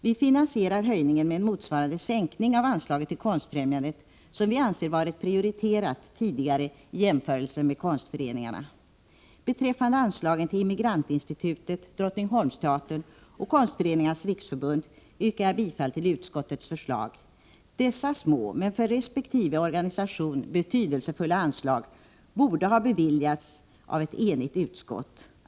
Vi finansierar höjningen med en motsvarande sänkning av anslaget till Konstfrämjandet, som vi anser varit prioriterat tidigare i jämförelse med Konstföreningarna. Beträffande anslagen till Immigrantinstitutet, Drottningholmsteatern och Sveriges konstföreningars riksförbund yrkar jag bifall till utskottets förslag. Dessa små men för resp. organisation betydelsefulla anslag borde ha tillstyrkts av ett enigt utskott.